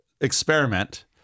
experiment